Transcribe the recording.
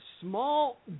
small